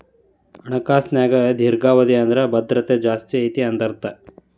ಹಣಕಾಸಿನ್ಯಾಗ ದೇರ್ಘಾವಧಿ ಅಂದ್ರ ಭದ್ರತೆ ಜಾಸ್ತಿ ಐತಿ ಅಂತ ಅರ್ಥ